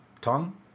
Tongue